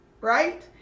Right